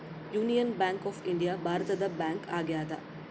union Bank of India ಭಾರತದ bank ಆಗ್ಯಾದ